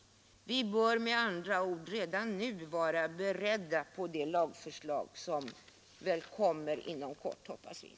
Vi bör med andra ord redan nu vara beredda på lagförslag, som vi hoppas skall komma inom kort.